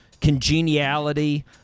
congeniality